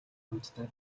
амттай